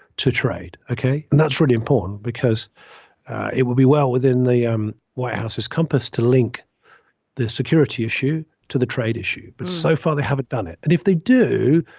to trade. okay. and that's really important because it will be well within the um white house's compass to link the security issue to the trade issue. but so far, they haven't done it. and if they do,